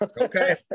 Okay